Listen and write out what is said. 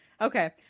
Okay